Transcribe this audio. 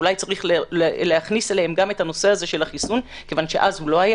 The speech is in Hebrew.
אולי צריך להכניס אליו גם את נושא החיסון מכיוון שאז הוא לא היה